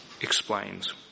explains